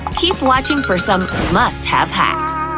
keep watching for some must-have hacks.